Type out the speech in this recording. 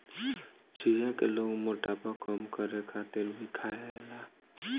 चिया के लोग मोटापा कम करे खातिर भी खायेला